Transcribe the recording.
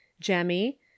jemmy